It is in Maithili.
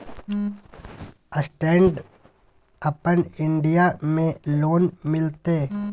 स्टैंड अपन इन्डिया में लोन मिलते?